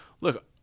Look